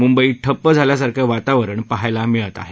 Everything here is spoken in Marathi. मुंबई ठप्प झाल्यासारखं वातावरण बघायला मिळत आहे